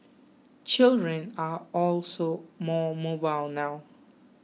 children are also more mobile now